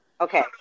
okay